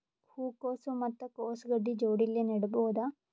ಹೂ ಕೊಸು ಮತ್ ಕೊಸ ಗಡ್ಡಿ ಜೋಡಿಲ್ಲೆ ನೇಡಬಹ್ದ?